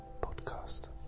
podcast